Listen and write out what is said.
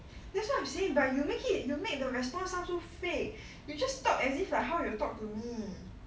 that's what I'm saying but you make it you make the response sound so fake you just talk as if like how you talk to me